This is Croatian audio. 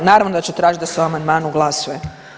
Naravno da ću tražiti da se o amandmanu glasuje.